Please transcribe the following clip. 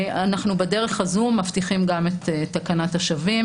בדרך הזאת אנחנו מבטיחים גם את תקנת השבים,